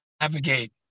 navigate